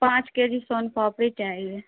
پانچ K G soan papdi چاہیے